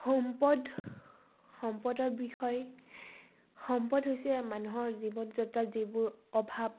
সম্পদ সম্পদৰ বিষয় সম্পদ হৈছে মানুহৰ জীৱন যাত্ৰাত যিবোৰ অভাৱ